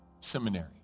seminary